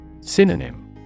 Synonym